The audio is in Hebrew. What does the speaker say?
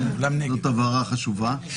זאת הבהרה חשובה.